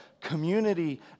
community